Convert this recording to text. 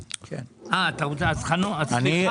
אה, אז חנוך, אז סליחה.